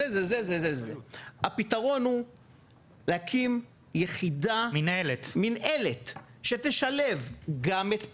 הפתרון הוא להקים מינהלת שתשלב גם את "פלס"